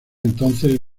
entonces